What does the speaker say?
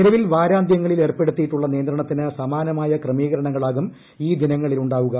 നിലവിൽ വാരാന്ത്യങ്ങളിൽ ഏർപ്പെടുത്തിയിട്ടുള്ള നിയന്ത്രണത്തിന് സമാനമായ ക്രമീകരണങ്ങളാവും ഈ ദിനങ്ങളിലുണ്ടാവുക